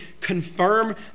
confirm